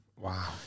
Wow